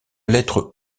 lettre